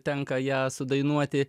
tenka ją sudainuoti